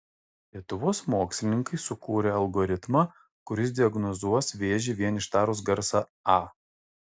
lietuvos mokslininkai sukūrė algoritmą kuris diagnozuos vėžį vien ištarus garsą a